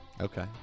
okay